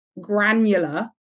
granular